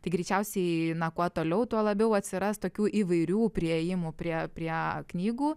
tai greičiausiai kuo toliau tuo labiau atsiras tokių įvairių priėjimų prie prie knygų